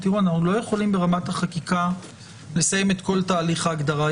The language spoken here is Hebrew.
אנחנו לא יכולים ברמת החקיקה לסיים את כל תהליך ההגדרה.